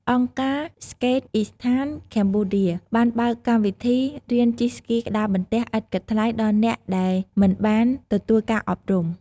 អង្គការ ស្កេតអុីសថាន ខេមបូឌា Skateistan Cambodia បានបើកកម្មវិធីរៀនជិះស្គីក្ដារបន្ទះឥតគិតថ្លៃដល់អ្នកដែលមិនបានទទួលការអប់រំ។